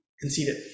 conceited